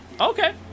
okay